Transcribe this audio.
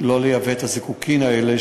לא לייבא את הזיקוקים האלה,